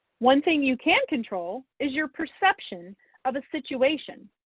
one thing you can control is your perception of a situation.